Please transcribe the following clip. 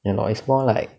you know it's more like